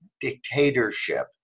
dictatorship